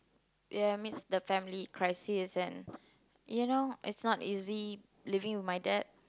ya amidst the family crisis and you know it's not easy living with my dad